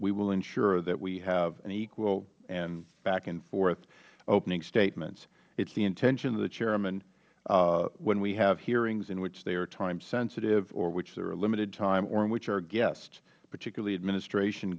we will ensure that we have an equal and back and forth opening statements it is the intention of the chairman when we have hearings in which they are time sensitive or which they are limited time or in which our guests particularly administration